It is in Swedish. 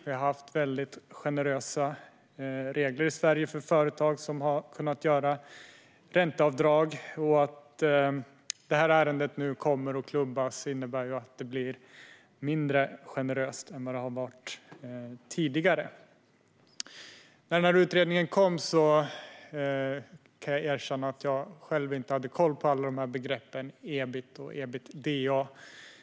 Vi har haft väldigt generösa regler i Sverige för företag som har kunnat göra ränteavdrag. I och med det ärende som nu kommer att klubbas kommer det att bli mindre generöst än det har varit tidigare. Jag kan erkänna att jag själv inte hade koll på alla begrepp när utredningen kom - ebit och ebitda.